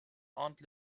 aunt